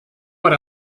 what